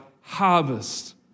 Harvest